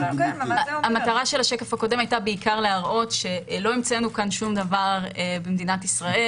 המטרה של השקף הקודם היתה להראות שלא המצאנו פה דבר במדינת ישראל.